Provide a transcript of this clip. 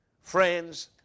friends